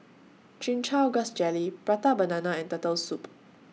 Chin Chow Grass Jelly Prata Banana and Turtle Soup